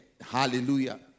Hallelujah